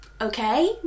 Okay